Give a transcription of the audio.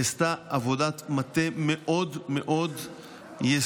היא עשתה עבודת מטה מאוד מאוד יסודית.